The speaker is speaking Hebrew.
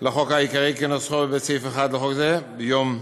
לחוק העיקרי, כנוסחו בסעיף 1 לחוק זה, ביום י'